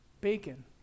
bacon